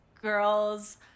girls